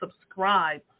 subscribe